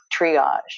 triage